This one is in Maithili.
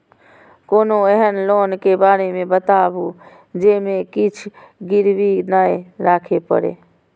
कोनो एहन लोन के बारे मे बताबु जे मे किछ गीरबी नय राखे परे?